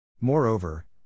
Moreover